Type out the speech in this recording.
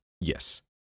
Yes